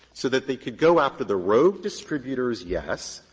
so that they could go after the rogue distributors, yes,